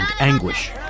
anguish